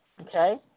Okay